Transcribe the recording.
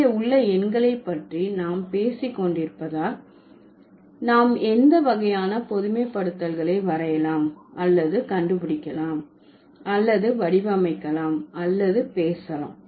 இங்கே உள்ள எண்களை பற்றி நாம் பேசி கொண்டிருப்பதால் நாம் எந்த வகையான பொதுமைப்படுத்தல்களை வரையலாம் அல்லது கண்டுபிடிக்கலாம் அல்லது வடிவமைக்கலாம் அல்லது பேசலாம்